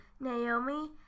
Naomi